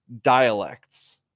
dialects